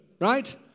right